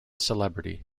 celebrity